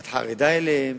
את חרדה להם,